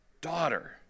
daughter